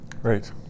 Right